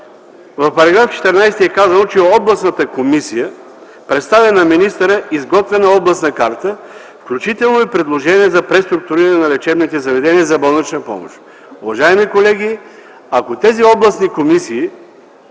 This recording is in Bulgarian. в § 14 е казано, че областната комисия представя на министъра изготвена областна карта, включително и предложение за преструктуриране на лечебните заведения за болнична помощ. Уважаеми колеги, ако тези областни комисии